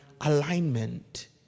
alignment